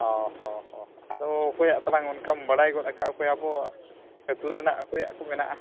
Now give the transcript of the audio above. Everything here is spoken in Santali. ᱦᱮᱸ ᱦᱮᱸ ᱦᱮᱸ ᱟᱫᱚ ᱚᱠᱚᱭᱟᱜ ᱛᱟᱞᱟᱝ ᱚᱱᱠᱟᱢ ᱵᱟᱲᱟᱭ ᱜᱚᱫ ᱠᱟᱜᱼᱟ ᱚᱠᱚᱭ ᱟᱵᱚ ᱟᱛᱳ ᱨᱮ ᱱᱟᱦᱟᱜ ᱚᱠᱚᱭᱟᱜ ᱠᱚ ᱢᱮᱱᱟᱜᱼᱟ